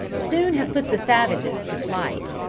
soon have put the savages to flight.